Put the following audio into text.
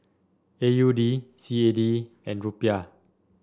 A U D C A D and Rupiah